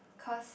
cause